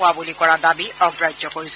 হোৱা বুলি কৰা দাবী অগ্ৰাহ্য কৰিছে